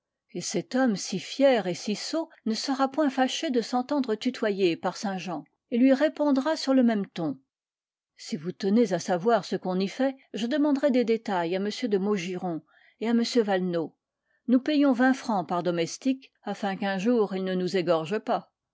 et cet homme si fier et si sot ne sera point fâché de s'entendre tutoyer par saint-jean et lui répondra sur le même ton si vous tenez à savoir ce qu'on y fait je demanderai des détails à m de maugiron et à m valenod nous payons vingt francs par domestique afin qu'un jour ils ne nous égorgent pas